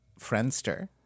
Friendster